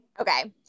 okay